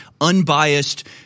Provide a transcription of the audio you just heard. unbiased